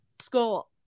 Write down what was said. School